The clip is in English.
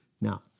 Now